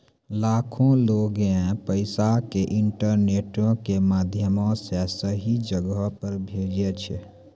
लाखो लोगें पैसा के इंटरनेटो के माध्यमो से सही जगहो पे भेजै छै